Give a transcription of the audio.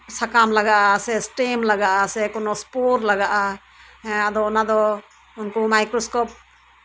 ᱥᱟᱠᱟᱢ ᱞᱟᱜᱟᱜᱼᱟ ᱥᱮ ᱮᱥᱴᱮᱢ ᱞᱜᱟᱜ ᱟᱥᱮ ᱠᱳᱱᱳ ᱚᱥᱯᱳᱨ ᱞᱟᱜᱟᱜᱼᱟ ᱚᱱᱟ ᱫᱚ ᱩᱱᱠᱩ ᱢᱟᱭᱠᱳᱨᱳᱥᱠᱳᱯ